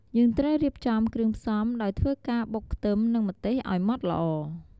យើងត្រូវរៀបចំគ្រឿងផ្សំដោយធ្វើការបុកខ្ទឹមនឹងម្ទេសឲ្យម៉ដ្ឋល្អ ។